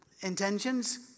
intentions